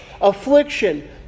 affliction